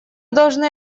должны